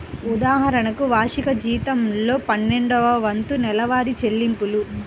ఉదాహరణకు, వార్షిక జీతంలో పన్నెండవ వంతు నెలవారీ చెల్లింపులు